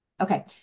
Okay